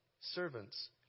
servants